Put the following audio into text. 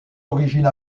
origines